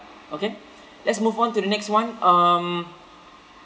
okay let's move on to the next one um